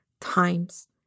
times